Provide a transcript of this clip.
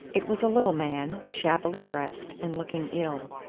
it was a little man, shabbily dressed, and looking ill.